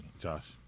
Josh